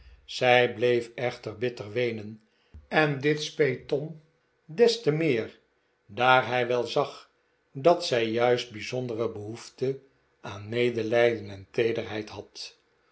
zij bleef echter bitter weenen en dit speet tom des te meer daar hij wel zag dat zij juist bijzondere behoefte aan medelijden en teederheid had